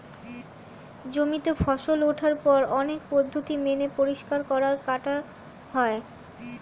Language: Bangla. জমিতে ফসল ওঠার পর অনেক পদ্ধতি মেনে পরিষ্কার করা, কাটা হয়